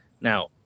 Now